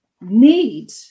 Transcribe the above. need